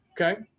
Okay